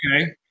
okay